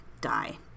die